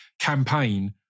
campaign